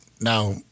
Now